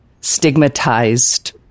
stigmatized